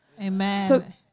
Amen